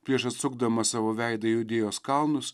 prieš atsukdamas savo veidą į judėjos kalnus